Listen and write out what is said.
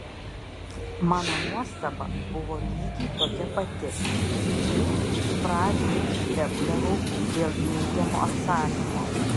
mano nuostaba buvo lygiai tokia pati kaip iš pradžių nustebdavau dėl neigiamo atsakymo